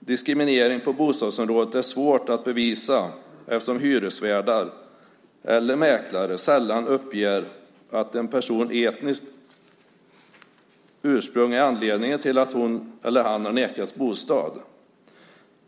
Diskriminering på bostadsområdet är svårt att bevisa, eftersom hyresvärdar eller mäklare sällan uppger att etniskt ursprung är anledningen till att en person har nekats bostad.